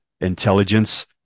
intelligence